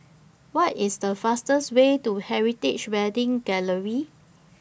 What IS The fastest Way to Heritage Wedding Gallery